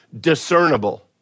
discernible